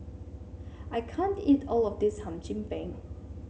I can't eat all of this Hum Chim Peng